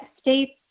states